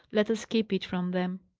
let us keep it from them.